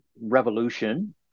revolution